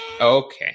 Okay